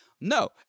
no